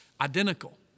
identical